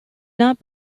not